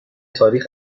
تاریخ